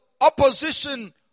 opposition